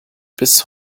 bis